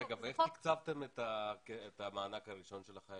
רגע, ואיך תקצבתם את המענק הראשון של החיילים?